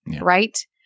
right